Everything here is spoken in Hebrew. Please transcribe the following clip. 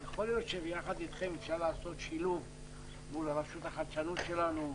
יכול להיות שביחד איתכם אפשר לעשות שילוב מול רשות החדשנות שלנו,